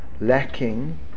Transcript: lacking